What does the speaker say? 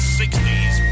60s